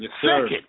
Second